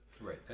Right